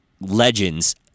legends